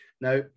Now